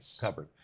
covered